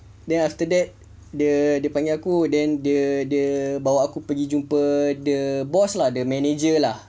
then after that dia panggil aku dia bawa aku pergi jumpa the boss lah the manager lah